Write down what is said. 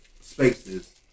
spaces